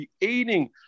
creating